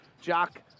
Jock